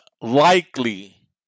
likely